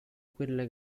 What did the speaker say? quella